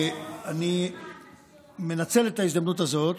אני מנצל את ההזדמנות הזאת